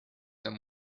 them